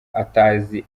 atazi